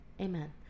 amen